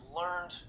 learned